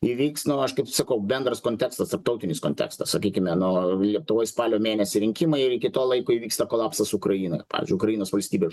įvyks nu aš kaip sakau bendras kontekstas tarptautinis kontekstas sakykime nu lietuvoj spalio mėnesį rinkimai ir iki to laiko įvyksta kolapsas ukrainoj pavyzdžiui ukrainos valstybė